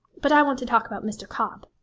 but i want to talk about mr. cobb.